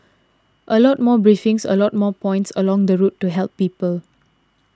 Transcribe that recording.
a lot more briefings a lot more points along the route to help people